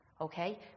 okay